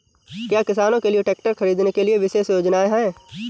क्या किसानों के लिए ट्रैक्टर खरीदने के लिए विशेष योजनाएं हैं?